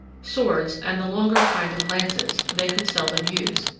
swords, and the longer kind of lances, they could seldom use.